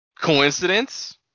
Coincidence